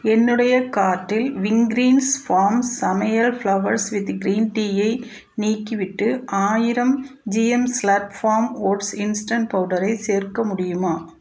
என்னுடைய கார்ட்டில் Wingreens farms சமயல் ப்ளவர்ஸ் வித் கிரீன் டீயை நீக்கிவிட்டு ஆயிரம் GM slurp farm oats instant பவுடரை சேர்க்க முடியுமா